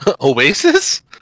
Oasis